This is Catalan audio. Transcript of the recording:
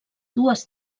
dues